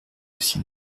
aussi